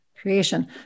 creation